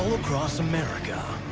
across america,